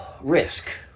risk